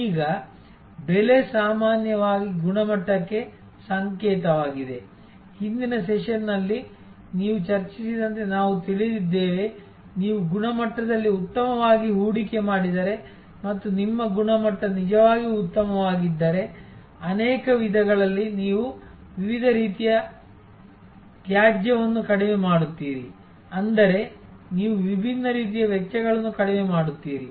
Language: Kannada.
ಈಗ ಬೆಲೆ ಸಾಮಾನ್ಯವಾಗಿ ಗುಣಮಟ್ಟಕ್ಕೆ ಸಂಕೇತವಾಗಿದೆ ಹಿಂದಿನ ಸೆಷನ್ನಲ್ಲಿ ನೀವು ಚರ್ಚಿಸಿದಂತೆ ನಾವು ತಿಳಿದಿದ್ದೇವೆ ನೀವು ಗುಣಮಟ್ಟದಲ್ಲಿ ಉತ್ತಮವಾಗಿ ಹೂಡಿಕೆ ಮಾಡಿದರೆ ಮತ್ತು ನಿಮ್ಮ ಗುಣಮಟ್ಟ ನಿಜವಾಗಿಯೂ ಉತ್ತಮವಾಗಿದ್ದರೆ ಅನೇಕ ವಿಧಗಳಲ್ಲಿ ನೀವು ವಿವಿಧ ರೀತಿಯ ತ್ಯಾಜ್ಯವನ್ನು ಕಡಿಮೆ ಮಾಡುತ್ತೀರಿ ಅಂದರೆ ನೀವು ವಿಭಿನ್ನ ರೀತಿಯ ವೆಚ್ಚಗಳನ್ನು ಕಡಿಮೆ ಮಾಡುತ್ತೀರಿ